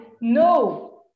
no